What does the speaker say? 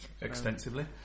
Extensively